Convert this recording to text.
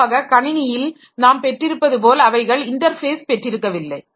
பொதுவாக கணினியில் நாம் பெற்றிருப்பது போல் அவைகள் இன்டர்ஃபேஸ் பெற்றிருக்கவில்லை